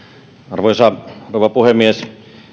arvoisa rouva puhemies